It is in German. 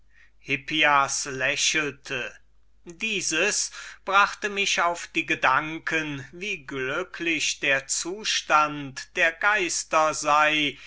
agathon dieses brachte mich hernach auf die gedanken wie glücklich der zustand der geister sei